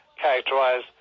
characterize